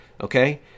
Okay